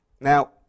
Now